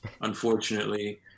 unfortunately